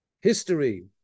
history